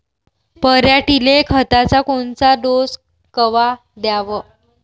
पऱ्हाटीले खताचा कोनचा डोस कवा द्याव?